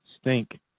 stink